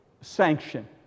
sanction